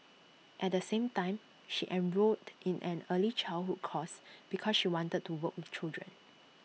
at the same time she enrolled in an early childhood course because she wanted to work with children